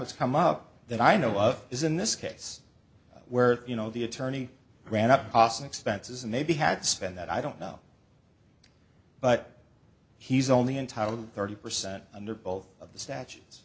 it's come up that i know of is in this case where you know the attorney ran up causing expenses and maybe had to spend that i don't know but he's only entitle to thirty percent under both of the statutes